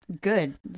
Good